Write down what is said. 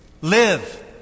Live